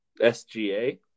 SGA